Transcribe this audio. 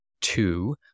two